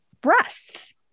breasts